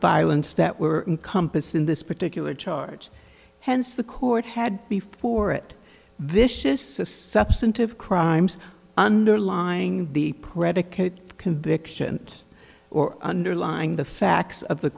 violence that were in compass in this particular charge hence the court had before it vicious substantive crimes underlying the predicate convictions or underlying the facts of the